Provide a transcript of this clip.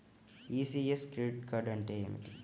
ECS credit అంటే ఏమిటి?